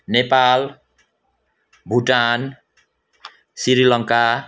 Nepal Bhutan Sri Lanka